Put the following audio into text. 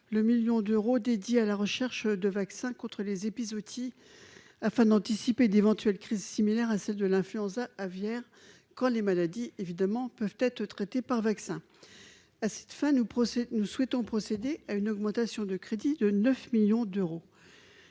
le 1000000 d'euros dédié à la recherche de vaccins contre les épizooties afin d'anticiper d'éventuelles crise similaire à celle de l'influenza aviaire quand les maladies évidemment peuvent être traitées par vaccin à cette fin, nous procès nous souhaitons procéder à une augmentation de crédit de 9 millions d'euros,